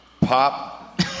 pop